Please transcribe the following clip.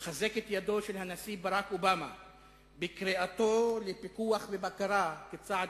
ולחזק את ידיו של הנשיא ברק אובמה בקריאתו לפיקוח ולבקרה כצעד